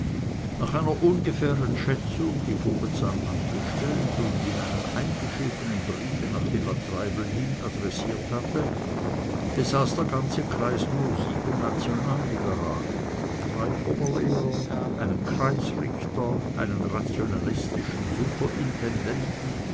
nach einer ohngefähren schätzung die vogelsang angestellt und in einem eingeschriebenen briefe nach villa treibel hin adressiert hatte besaß der ganze kreis nur sieben nationalliberale drei oberlehrer einen kreisrichter einen rationalistischen superintendenten